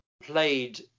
played